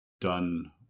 done